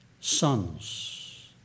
Sons